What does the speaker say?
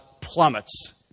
plummets